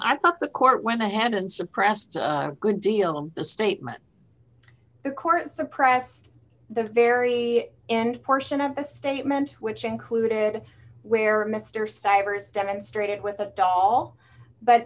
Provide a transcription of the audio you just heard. i thought the court went ahead and suppressed a good deal of the statement the court suppressed the very end portion of the statement which included where mr stivers demonstrated with a ball but